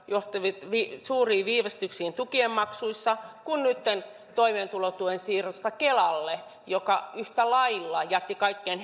johti suuriin viivästyksiin tukien maksuissa kuin nytten myös toimeentulotuen siirrosta kelalle joka yhtä lailla jätti kaikkein